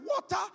water